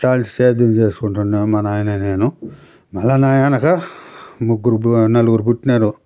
అప్పటి నుంచి సేద్యం చేసుకుంటూ ఉన్నాము మా నాయనా నేను మళ్ళీ నా వెనుక ముగ్గురు నలుగురు పుట్టినారు